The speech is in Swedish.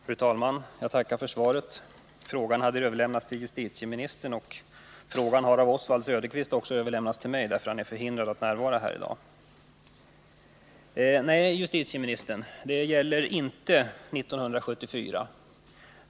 Fru talman! Jag tackar för svaret. Frågan har överlämnats till justitieministern för besvarande, och Oswald Söderqvist har överlämnat åt mig att ta emot svaret, eftersom han är förhindrad att närvara här i dag. Nej, justitieministern, frågan gäller inte en händelse 1974.